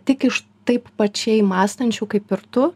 tik iš taip pačiai mąstančių kaip ir tu